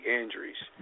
injuries